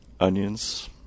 Onions